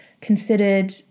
considered